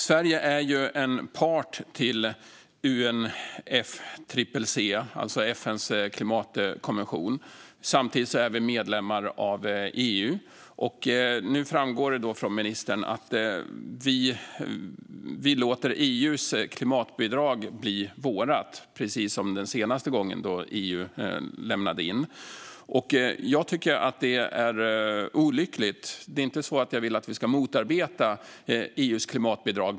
Sverige är en part till UNFCCC, alltså FN:s klimatkonvention. Samtidigt är vi medlemmar av EU. Nu framgår det från ministern att vi låter EU:s klimatbidrag bli vårt, precis som den senaste gången då EU lämnade in detta. Jag tycker att det är olyckligt. Det är inte så att jag vill att vi ska motarbeta EU:s klimatbidrag.